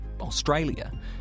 Australia